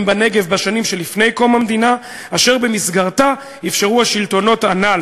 בנגב בשנים שלפני קום המדינה אשר במסגרתה אפשרו השלטונות הנ"ל,